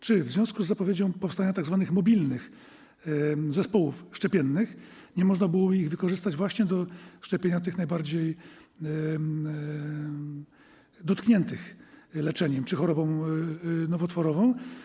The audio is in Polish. Czy w związku z zapowiedzią powstania tzw. mobilnych zespołów szczepiennych nie można byłoby ich wykorzystać właśnie do szczepienia tych najbardziej dotkniętych leczeniem czy chorobą nowotworową?